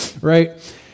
right